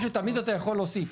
תזכור שתמיד אתה יכול להוסיף.